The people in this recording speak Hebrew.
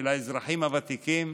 של האזרחים הוותיקים.